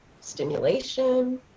stimulation